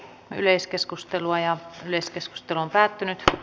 yleiskeskustelua ei syntynyt